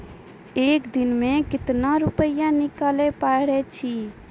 एक दिन मे केतना रुपैया निकाले पारै छी?